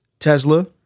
Tesla